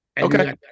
Okay